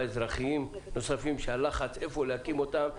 אזרחיים נוספים כשהלחץ היכן להקים אותם היה.